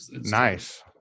Nice